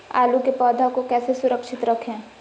आलू के पौधा को कैसे सुरक्षित रखें?